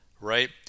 right